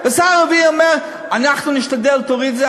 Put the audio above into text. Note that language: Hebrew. והשר הרביעי אומר: אנחנו נשתדל להוריד את זה.